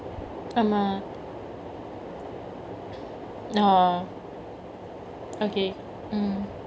ஆமா:aamaa orh okay mm